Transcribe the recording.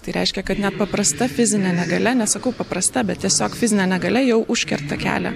tai reiškia kad nepaprasta fizinė negalia nesakau paprasta bet tiesiog fizinė negalia jau užkerta kelią